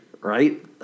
right